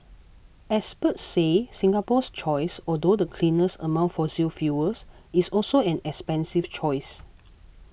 experts say Singapore's choice although the cleanest among fossil fuels is also an expensive choice